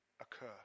occur